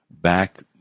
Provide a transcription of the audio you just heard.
back